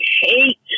hate